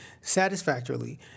satisfactorily